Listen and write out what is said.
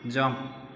jump